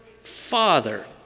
father